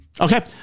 Okay